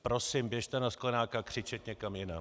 Prosím, běžte na Sklenáka křičet někam jinam.